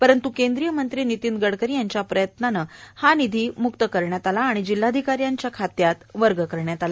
परंतु केंद्रीय मंत्री नितीन गडकरी याप्रयत्नाने हा निधी म्क्त करण्यात आला आणि जिल्हाधिकारी यांच्या खात्यात वर्ग करण्यात आला